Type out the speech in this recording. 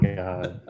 god